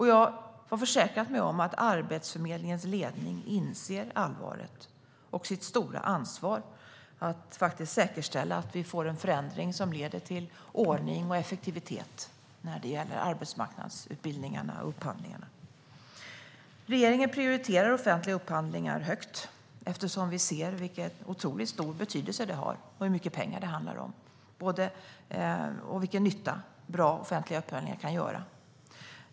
Jag har försäkrat mig om att Arbetsförmedlingens ledning inser allvaret och sitt stora ansvar att säkerställa att vi får en förändring som leder till ordning och effektivitet när det gäller arbetsmarknadsutbildningarna och upphandlingarna. Regeringen prioriterar offentliga upphandlingar högt eftersom vi ser vilken otroligt stor betydelse de har och hur mycket pengar det handlar om och vilken nytta bra offentliga upphandlingar kan göra.